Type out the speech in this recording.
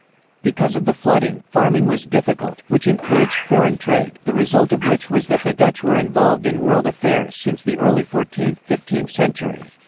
because of the flooding, farming was difficult, which encouraged foreign trade, the result of which was that the dutch were involved in world affairs since the early fourteenth fifteenth century.